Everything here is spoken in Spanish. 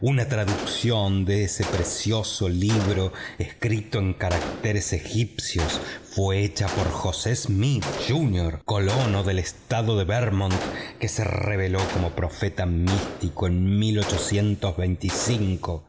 una traducción de ese precioso libro escrito en caracteres egipcios fue hecha por josé smith junior colono del estado de vermont que se reveló como profeta místico en